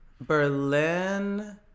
Berlin